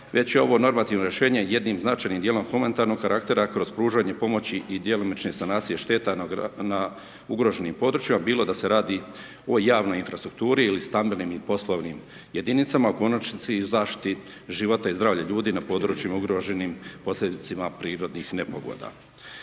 već je ovo normativno rješenje jednim značajnim dijelom humanitarnog karaktera kroz pružanje pomoći i djelomične sanacije šteta na ugroženim područjima bili da se radi o javnoj infrastrukturi ili stambenim i poslovnim jedinicama, u konačnici i zaštiti života i zdravlja ljudi na područjima ugroženim posljedicama prirodnih nepogoda.